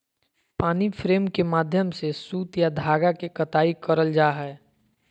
पानी फ्रेम के माध्यम से सूत या धागा के कताई करल जा हय